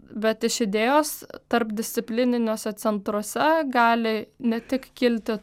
bet iš idėjos tarpdisciplininiuose centruose gali ne tik kilti